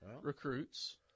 recruits